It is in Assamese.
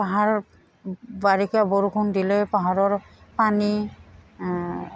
পাহাৰৰ বাৰিষা বৰষুণ দিলে পাহাৰৰ পানী